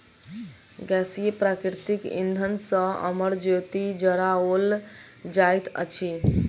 गैसीय प्राकृतिक इंधन सॅ अमर ज्योति जराओल जाइत अछि